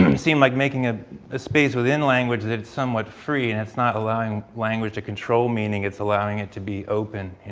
seem like making a ah space within language that somewhat free and it's not allowing language to control meaning, it's allowing it to be open